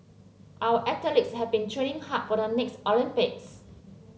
our athletes have been training hard for the next Olympics